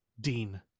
dean